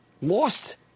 lost